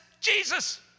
Jesus